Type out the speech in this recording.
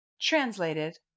translated